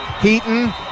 Heaton